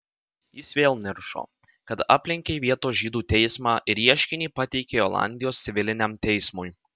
jis vėl niršo kad aplenkei vietos žydų teismą ir ieškinį pateikei olandijos civiliniam teismui